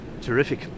Terrific